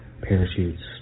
parachutes